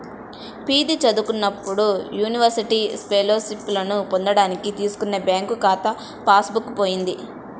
PG చదువుకునేటప్పుడు university ఫెలోషిప్పులను పొందడానికి తీసుకున్న బ్యాంకు ఖాతా పాస్ బుక్ పోయింది